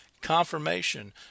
confirmation